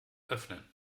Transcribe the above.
öffnen